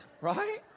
right